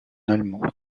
allemand